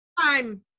time